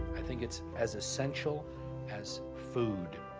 i think it's as essential as food,